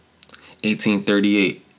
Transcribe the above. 1838